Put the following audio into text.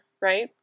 right